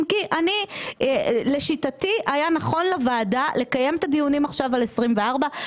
אם כי אני לשיטתי היה נכון לוועדה לקיים את הדיונים עכשיו על 24',